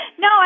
No